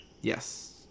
Yes